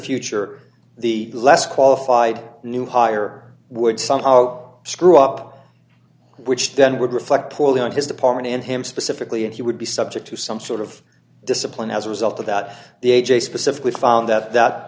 future the less qualified new hire would somehow screw up which then would reflect poorly on his department and him specifically and he would be subject to some sort of discipline as a result of that the a j specifically found that that